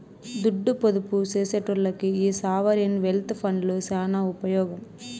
దుడ్డు పొదుపు సేసెటోల్లకి ఈ సావరీన్ వెల్త్ ఫండ్లు సాన ఉపమోగం